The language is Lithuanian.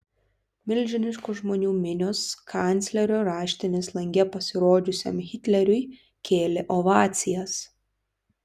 milžiniškos žmonių minios kanclerio raštinės lange pasirodžiusiam hitleriui kėlė ovacijas